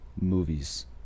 movies